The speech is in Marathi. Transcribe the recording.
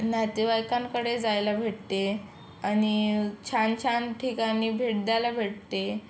नातेवाईकांकडे जायला भेटते आणि छानछान ठिकाणी भेट द्यायला भेटते